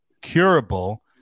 curable